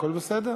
הכול בסדר.